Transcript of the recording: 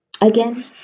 Again